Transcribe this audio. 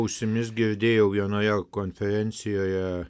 ausimis girdėjau vienoje konferencijoje